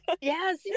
Yes